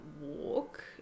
walk